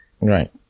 right